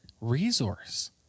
resource